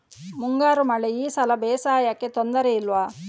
ಮುಂಗಾರು ಮಳೆ ಈ ಸಲ ಬೇಸಾಯಕ್ಕೆ ತೊಂದರೆ ಇಲ್ವ?